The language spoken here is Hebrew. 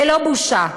ללא בושה,